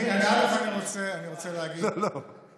לא, לא.